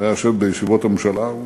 היה יושב בישיבות הממשלה,